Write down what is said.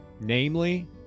Namely